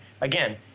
again